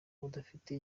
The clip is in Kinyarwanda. budafite